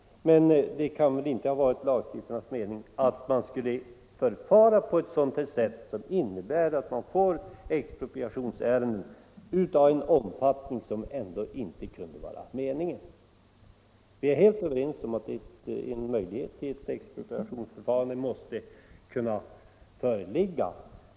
Men det kan inte ha varit lagstiftarnas mening att man skulle förfara på ett sätt som innebär att man får expropriationsärenden i så här stor omfattning. Vi är helt överens om att en möjlighet till expropriationsförfarande måste föreligga.